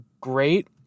great